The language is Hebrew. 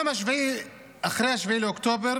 גם אחרי 7 באוקטובר